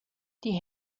die